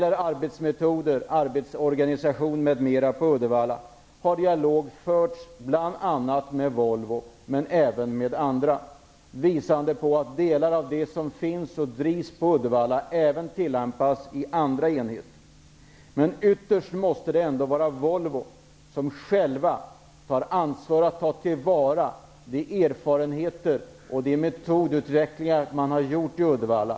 En dialog har förts bl.a. med Volvo när det gäller arbetsmetoder och organisation m.m. i Uddevallafabriken tillämpas även på andra enheter. Ytterst måste det vara Volvo som själv tar ansvar för att ta till vara de erfarenheter och kunskap om medtodutveckling som har skett i Uddevalla.